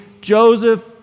Joseph